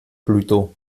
pluto